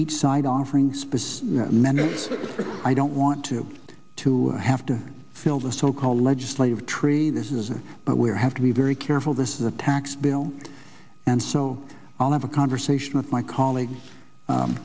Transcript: each side offering space many i don't want to to have to fill the so called legislative tree this is a but we're have to be very careful this is the tax bill and so i'll have a conversation with my colleagues